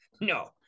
no